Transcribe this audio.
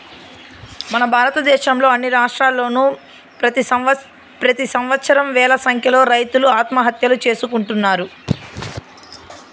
మన భారతదేశంలో అన్ని రాష్ట్రాల్లోనూ ప్రెతి సంవత్సరం వేల సంఖ్యలో రైతులు ఆత్మహత్యలు చేసుకుంటున్నారు